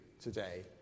today